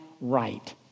right